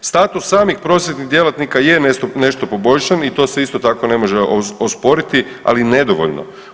Status samih prosvjetnih djelatnika je nešto poboljšan i to se isto tako ne može osporiti, ali nedovoljno.